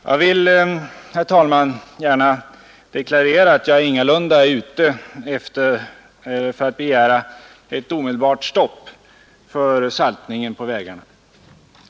Jag vill, herr talman, gärna deklarera att jag ingalunda är ute för att begära ett stopp för saltningen på vägarna.